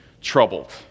troubled